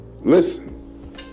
listen